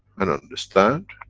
and understand,